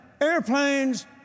airplanes